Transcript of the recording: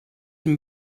dem